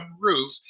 roof